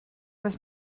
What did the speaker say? was